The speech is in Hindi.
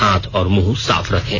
हाथ और मुंह साफ रखें